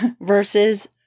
Versus